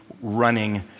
running